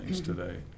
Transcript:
today